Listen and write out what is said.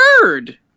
bird